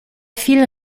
viel